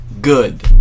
Good